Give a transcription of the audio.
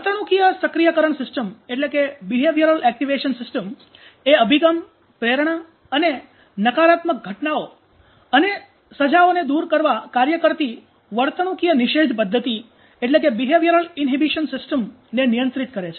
વર્તણૂકીય સક્રિયકરણ સિસ્ટમ એ અભિગમ પ્રેરણા અને નકારાત્મક ઘટનાઓ અને સજાઓને દૂર કરવા કાર્ય કરતી વર્તણૂકીય નિષેધ પદ્ધતિ ને નિયંત્રિત કરે છે